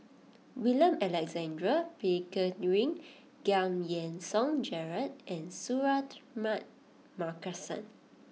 William Alexander Pickering Giam Yean Song Gerald and Suratman Markasan